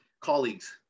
colleagues